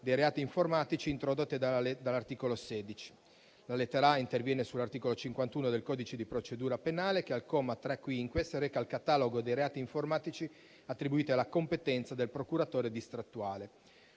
dei reati informatici introdotte dall'articolo 16. La lettera *a)* interviene sull'articolo 51 del codice di procedura penale, che al comma 3-*quinquies* reca il catalogo dei reati informatici attribuiti alla competenza del procuratore distrettuale.